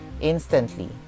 instantly